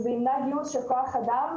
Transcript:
וזה ימנע גיוס של כוח אדם,